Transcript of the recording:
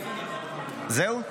--- זהו?